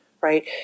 right